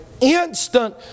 instant